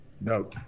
No